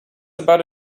about